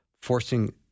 forcing